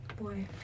boy